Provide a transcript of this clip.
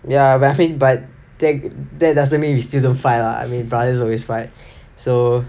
ya but but that doesn't mean we still don't fight lah I mean brothers always fight so